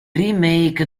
remake